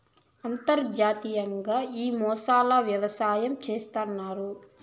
అంతర్జాతీయంగా ఈ మొసళ్ళ వ్యవసాయం చేస్తన్నారు